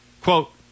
Quote